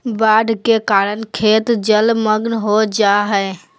बाढ़ के कारण खेत जलमग्न हो जा हइ